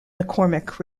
mccormack